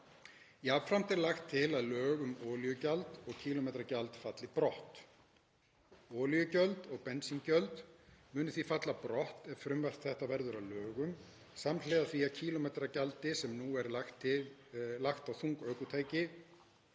Jafnframt er lagt til að lög um olíugjald og kílómetragjald falli brott. Olíugjöld og bensíngjöld munu því falla brott ef frumvarp þetta verður að lögum samhliða því kílómetragjaldi sem nú er lagt á þung ökutæki